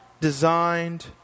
designed